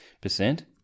percent